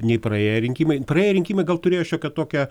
nei praėję rinkimai praėję rinkimai gal turėjo šiokią tokią